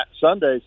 Sundays